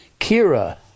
Kira